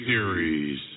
Series